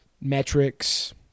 metrics